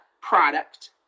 product